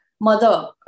Mother